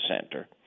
center